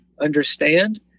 understand